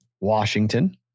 Washington